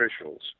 officials